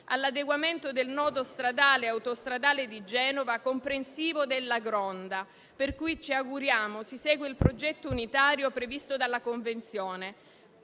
all'adeguamento del nodo stradale e autostradale di Genova comprensivo della Gronda, per cui ci auguriamo si segua il progetto unitario previsto dalla convenzione,